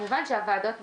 כמובן שהוועדות בכנסת,